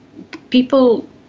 People